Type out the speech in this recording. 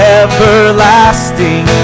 everlasting